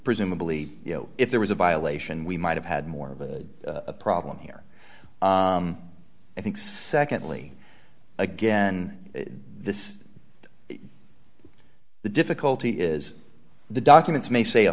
presumably you know if there was a violation we might have had more of a problem here i think secondly again this is the difficulty is the documents may say a